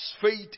faith